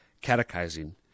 catechizing